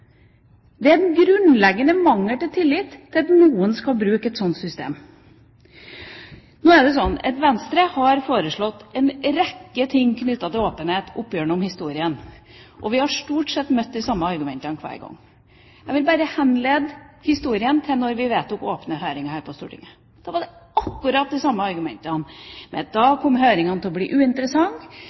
Det er en grunnleggende mangel på tillit til at noen skal bruke et sånt system. Venstre har foreslått en rekke ting knyttet til åpenhet opp gjennom historien, og vi har stort sett møtt de samme argumentene hver gang. Jeg vil bare vise til historien da vi vedtok åpne høringer her på Stortinget. Da var det akkurat de samme argumentene, at da kom høringene til å bli uinteressante,